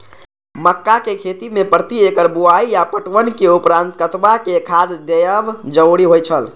मक्का के खेती में प्रति एकड़ बुआई आ पटवनक उपरांत कतबाक खाद देयब जरुरी होय छल?